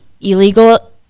illegal